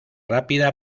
rápida